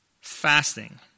Fasting